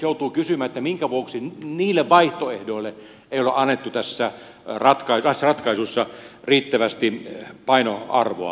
joutuu kysymään minkä vuoksi niille vaihtoehdoille ei ole annettu tässä ratkaisussa riittävästi painoarvoa